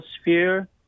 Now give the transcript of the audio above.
sphere